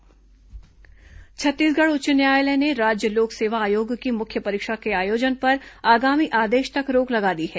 PSC मुख्य परीक्षा छत्तीसगढ़ उच्च न्यायालय ने राज्य लोक सेवा आयोग की मुख्य परीक्षा के आयोजन पर आगामी आदेश तक रोक लगा दी है